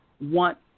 want